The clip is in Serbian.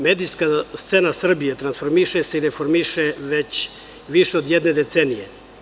Medijska scena Srbije transformiše se i reformiše već više od jedne decenije.